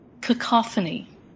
cacophony